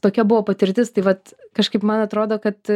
tokia buvo patirtis tai vat kažkaip man atrodo kad